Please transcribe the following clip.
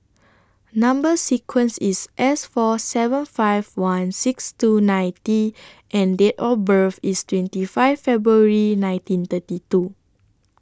Number sequence IS S four seven five one six two nine T and Date of birth IS twenty five February nineteen thirty two